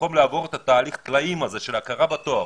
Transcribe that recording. במקום לעבור את התהליך הזה של הכרה בתואר